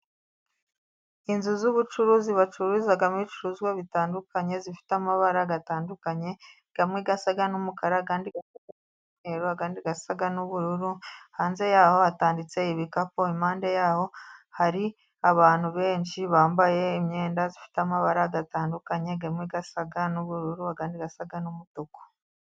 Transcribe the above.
Inzu z'ubucuruzi bacururizamo ibicuruzwa bitandukanye, zifite amabara atandukanye, amwe asa n'umukara, andi asag n'ubururu, hanze yaho hatanditse ibikapu, impande yaho hari abantu benshi bambaye imyenda zifite amabara gatandukanye, amwe asa n'ubururu, andi asa n'umutuku.